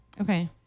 Okay